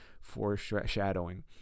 foreshadowing